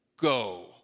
go